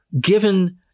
given